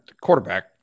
quarterback